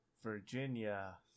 Virginia